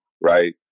right